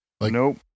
nope